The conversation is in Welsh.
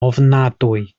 ofnadwy